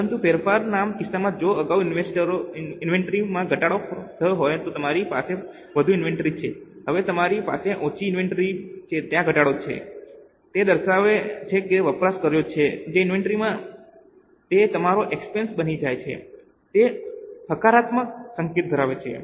પરંતુ ફેરફારના કિસ્સામાં જો અગાઉ ઇન્વેન્ટરીમાં ઘટાડો થયો હોય તો તમારી પાસે વધુ ઇન્વેન્ટરી છે હવે તમારી પાસે ઓછી ઇન્વેન્ટરી છે ત્યાં ઘટાડો છે તે દર્શાવે છે કે તમે વપરાશ કર્યો છે કે ઇન્વેન્ટરીમાં તે તમારો એક્સપેન્સ બની જાય છે તે હકારાત્મક સંકેત ધરાવે છે